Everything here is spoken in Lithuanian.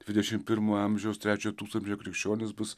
dvidešimt pirmojo amžiaus trečiojo tūkstantmečio krikščionis bus